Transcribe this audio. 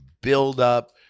buildup